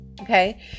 Okay